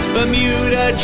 Bermuda